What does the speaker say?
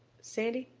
sandy?